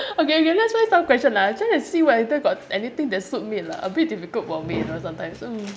okay okay let's find some question lah I'm trying to see whether got anything that suit me lah a bit difficult for me you know sometimes